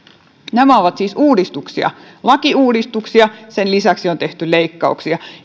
nämä ovat siis lakiuudistuksia ja sen lisäksi on tehty leikkauksia